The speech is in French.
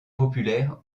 populaire